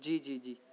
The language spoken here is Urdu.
جی جی جی